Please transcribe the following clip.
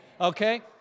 Okay